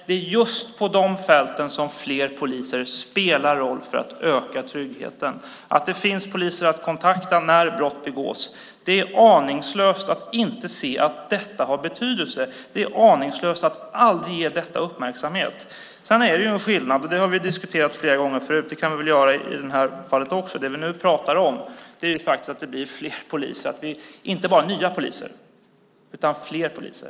Det är just på de platserna som fler poliser spelar roll för att öka tryggheten. Det ska finnas poliser att kontakta när brott begås. Det är aningslöst att inte se att detta har betydelse. Det är aningslöst att aldrig ge detta uppmärksamhet. Sedan finns det en skillnad. Det har vi diskuterat flera gånger förut och det kan vi väl göra i det här fallet också. Nu pratar vi om att det blir fler poliser. Det handlar inte bara om nya poliser utan om fler poliser.